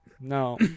no